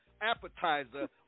appetizer